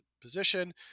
position